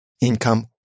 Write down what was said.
income